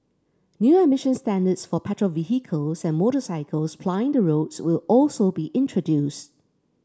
new emission standards for petrol vehicles and motorcycles plying the roads will also be introduced